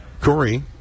Corey